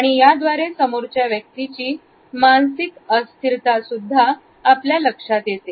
याद्वारे समोरच्या व्यक्तीची मानसिक अस्थिरता सुद्धा लक्षात येते